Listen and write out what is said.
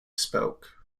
spoke